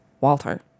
Walter